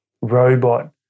robot